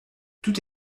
tout